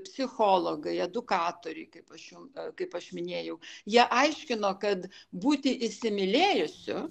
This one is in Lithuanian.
psichologai edukatoriai kaip aš jau kaip aš minėjau jie aiškino kad būti įsimylėjusiu